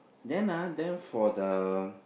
then ah then for the